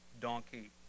donkey